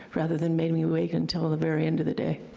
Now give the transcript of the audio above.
rather than making me wait until the very end of the day.